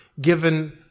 given